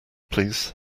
please